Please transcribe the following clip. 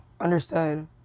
Understood